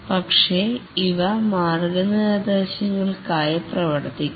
പക്ഷേ ഇവ മാർഗ്ഗനിർദ്ദേശങ്ങൾക്കായി പ്രവർത്തിക്കുന്നു